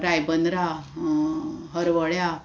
रायबंद्रा हरवळ्या